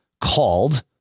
called